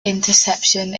interception